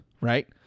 right